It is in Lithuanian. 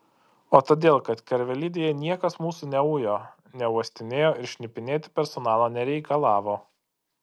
o todėl kad karvelidėje niekas mūsų neujo neuostinėjo ir šnipinėti personalo nereikalavo